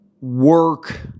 work